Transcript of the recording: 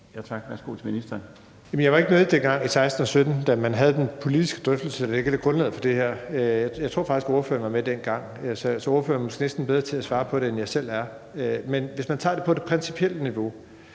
jeg var ikke med dengang i 2016 og 2017, da man havde den politiske drøftelse, der dannede grundlag for det her. Jeg tror faktisk, at ordføreren var med dengang, så ordføreren er måske næsten bedre til at svare på det, end jeg selv er. Men hvis man tager det på det principielle niveau,